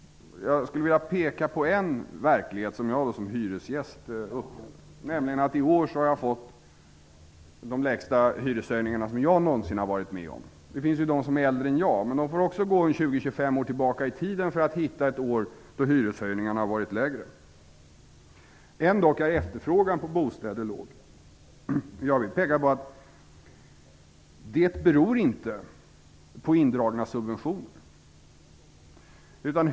Jag vill peka på en verklighet som jag som hyresgäst upplever: I år har jag fått de lägsta hyreshöjningar som jag någonsin har varit med om. Det finns ju de som är äldre än jag och de får också gå tjugo tjugofem år tillbaka i tiden för att hitta ett år då hyreshöjningarna varit mindre. Ändå är efterfrågan på bostäder låg. Det beror inte på indragna subventioner.